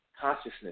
consciousness